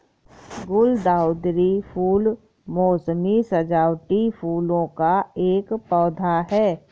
गुलदावरी फूल मोसमी सजावटी फूलों का एक पौधा है